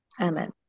Amen